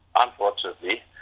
unfortunately